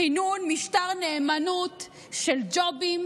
כינון משטר נאמנות של ג'ובים,